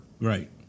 Right